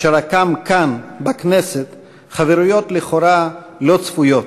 שרקם כאן בכנסת חברויות לכאורה לא צפויות,